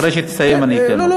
אחרי שתסיים אני אתן לו.